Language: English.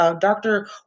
Dr